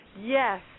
Yes